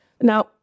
Now